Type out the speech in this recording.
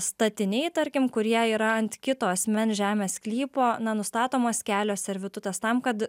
statiniai tarkim kurie yra ant kito asmen žemės sklypo na nustatomas kelio servitutas tam kad